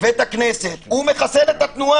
ואת הכנסת הוא מחסל את התנועה